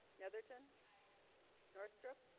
netherton norstrom